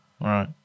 Right